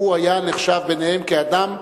הוא נחשב בעיניהם כאדם שחייב,